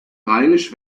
rheinisch